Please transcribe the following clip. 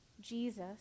Jesus